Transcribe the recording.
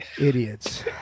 Idiots